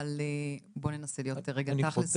אבל בוא ננסה להיות יותר רגע תכלס,